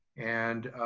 and